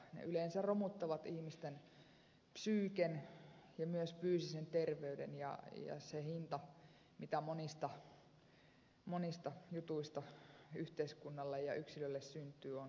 ne yleensä romuttavat ihmisten psyyken ja myös fyysisen terveyden ja se hinta joka monista jutuista yhteiskunnalle ja yksilölle syntyy on käsittämättömän suuri